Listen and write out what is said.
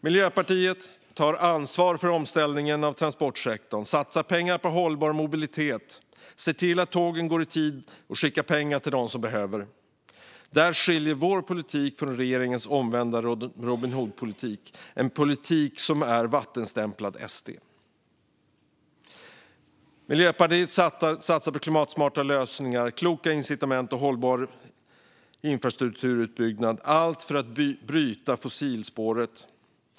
Miljöpartiet tar ansvar för en omställning av transportsektorn, satsar pengar på hållbar mobilitet, ser till att tågen går i tid och skickar pengarna till dem som behöver dem. Där skiljer sig vår politik från regeringens omvända Robin Hood-politik, en politik som är vattenstämplad SD. Miljöpartiet satsar på klimatsmarta lösningar, kloka incitament och hållbar infrastrukturutbyggnad, allt för att bryta fossilspåret.